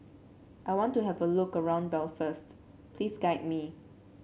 I want to have a look around Belfast please guide me